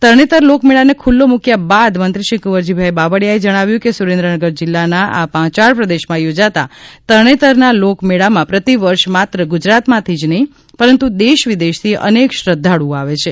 તરણેતર લોકમેળાને ખુલ્લો મુકયા બાદ મંત્રીશ્રી કુંવરજીભાઈ બાવળીયાએ જણાવ્યું હતું કે સુરેન્દ્રનગર જિલ્લાના આ પાંચાળ પ્રદેશમાં યોજાતા તરણેતરના લોકમેળામાં પ્રતિવર્ષ માત્ર ગુજરાતમાંથી જ નહી પરંતુ દેશ વિદેશથી અનેક શ્રધ્ધાળુંઓ આવે છે